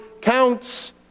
counts